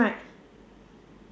right